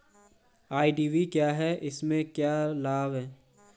IDV क्या है इसमें क्या लाभ है?